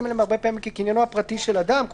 אליהם הרבה פעמים כקניינו הפרטי של אדם,